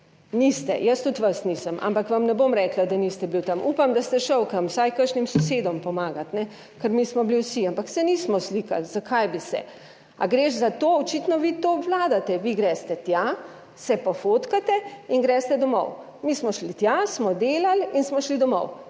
Niste, jaz tudi vas nisem, ampak vam ne bom rekla, da niste bil tam. Upam, da ste šel kam, vsaj kakšnim sosedom pomagati, kajne, ker mi smo bili vsi, ampak se nismo slikali, zakaj bi se? A greš zato? Očitno vi to obvladate. Vi greste tja, se pofotkate in greste domov. Mi smo šli tja, smo delali in smo šli domov